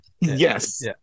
Yes